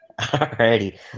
Alrighty